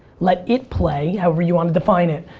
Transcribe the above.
let it play, however you want to define it,